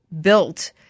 built